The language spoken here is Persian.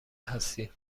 هستیم